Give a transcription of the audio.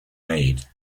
made